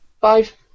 Five